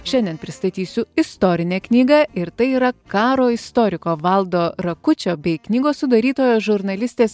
šiandien pristatysiu istorinę knygą ir tai yra karo istoriko valdo rakučio bei knygos sudarytojos žurnalistės